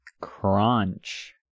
Crunch